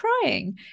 crying